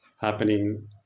happening